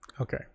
okay